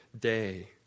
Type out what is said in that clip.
day